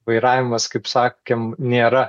vairavimas kaip sakėm nėra